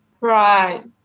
right